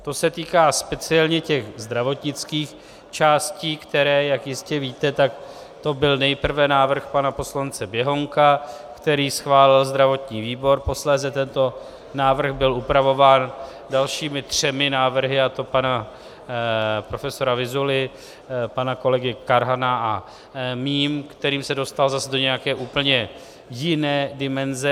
To se týká speciálně těch zdravotnických částí, které, jak jistě víte, tak to byl nejprve návrh pana poslance Běhounka, který schválil zdravotní výbor, posléze tento návrh byl upravován dalšími třemi návrhy, a to pana profesora Vyzuly, pana kolegy Karhana a mým, kterými se dostal zas do nějaké úplně jiné dimenze.